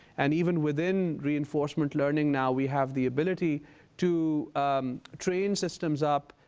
and even within reinforcement learning now we have the ability to train systems up,